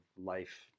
life